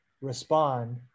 respond